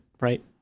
right